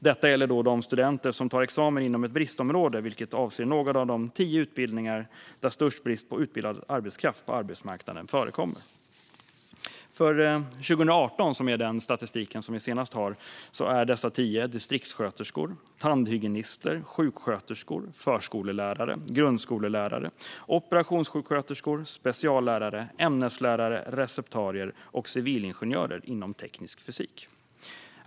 Detta gäller de studenter som tar examen inom ett bristområde, vilket avser några av de tio utbildningar där störst brist på utbildad arbetskraft på arbetsmarknaden förekommer. För 2018, som är den senaste statistiken, är dessa tio följande: distriktssköterskor, tandhygienister, sjuksköterskor, förskollärare, grundskollärare, operationssjuksköterskor, speciallärare, ämneslärare, receptarier och civilingenjörer inom teknisk fysik.